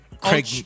Craig